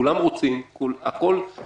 כולם רוצים טוב